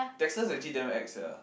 Texas actually damn exp sia